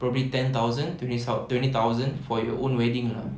probably ten thousand twenty thousand for your own wedding ah